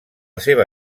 seva